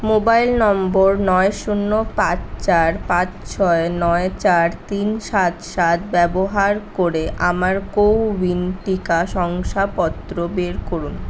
mobile number নয় শুন্য পাঁচ চার পাঁচ ছয় নয় চার তিন সাত সাত ব্যবহার করে আমার কো উইন টিকা শংসাপত্র বের করুন